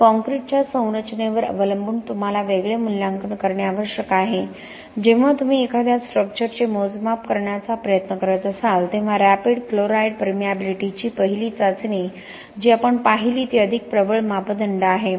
तर काँक्रीटच्या संरचनेवर अवलंबून तुम्हाला वेगळे मूल्यांकन करणे आवश्यक आहे जेव्हा तुम्ही एखाद्या स्ट्रक्चरचे मोजमाप करण्याचा प्रयत्न करत असाल तेव्हा रॅपिड क्लोराईड परमिएबिलीटीची पहिली चाचणी जी आपण पाहिली ती अधिक प्रबळ मापदंड आहे